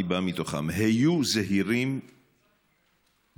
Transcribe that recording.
אני בא מתוכם: היו זהירים בילדי